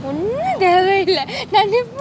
ஒன்னும் தேவயில்ல:onnum thewayilla